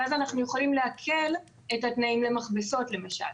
ואז אנחנו יכולים להקל את התנאים למכבסות למשל.